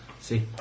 See